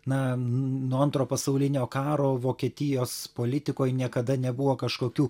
na nuo antro pasaulinio karo vokietijos politikoj niekada nebuvo kažkokių